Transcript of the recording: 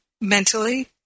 mentally